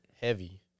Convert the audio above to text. Heavy